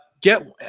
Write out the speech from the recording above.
get